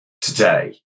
today